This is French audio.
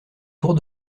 tour